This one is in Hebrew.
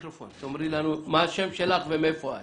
לנו מה השם שלך ומאיפה את.